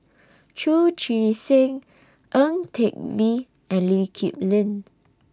Chu Chee Seng Ang Teck Bee and Lee Kip Lin